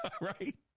right